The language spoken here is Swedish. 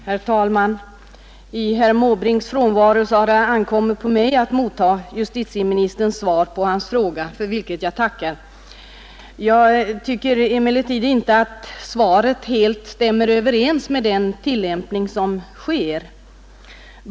Herr talman! I herr Måbrinks frånvaro ankommer det på mig att motta justitieministerns svar på hans fråga, för vilket jag tackar. Jag tycker emellertid inte att vad som sägs i svaret överensstämmer med tillämpningen.